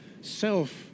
self